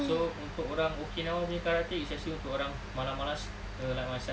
so untuk orang okinawa punya karate is actually untuk orang malas-malas err like myself